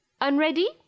Unready